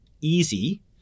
easy